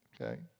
okay